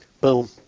boom